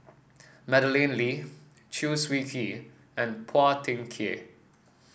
Madeleine Lee Chew Swee Kee and Phua Thin Kiay